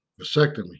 Vasectomy